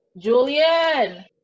Julian